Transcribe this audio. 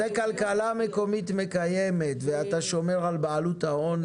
זה כלכלה מקומית מקיימת ואתה שומר על בעלות ההון.